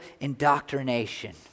indoctrination